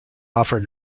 offered